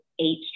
eight